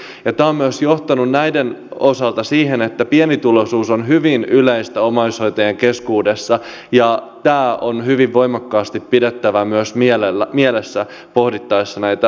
tämä on myös johtanut näiden osalta siihen että pienituloisuus on hyvin yleistä omaishoitajien keskuudessa ja tämä on hyvin voimakkaasti pidettävä myös mielessä pohdittaessa näitä asiakasmaksuja